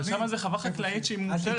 אבל שם זה חווה חקלאית מוצהרת.